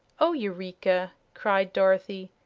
oh, eureka! cried dorothy,